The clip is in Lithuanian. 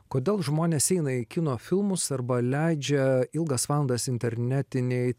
kodėl žmonės eina į kino filmus arba leidžia ilgas valandas internetinėj